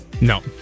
No